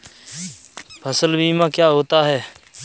फसल बीमा क्या होता है?